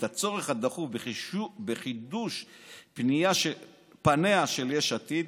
הצורך הדחוף בחידוש פניה של יש עתיד,